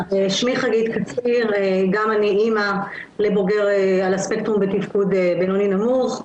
גם אני אימא לבוגר על הספקטרום בתפקוד בינוני-נמוך.